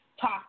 talk